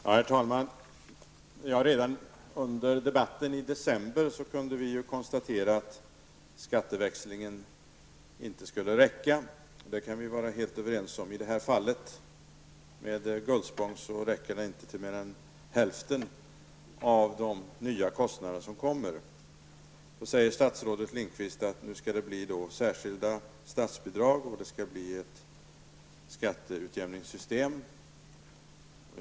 Herr talman! Redan under debatten i december kunde vi konstatera att skatteväxlingen inte skulle räcka. I fallet Gullspång räcker det inte till mer än hälften av de nya kostnader som kommer. Statsrådet Lindqvist säger att det skall bli särskilda statsbidrag och ett skatteutjämningssystem.